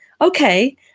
okay